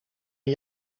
een